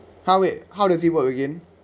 how it how does it work again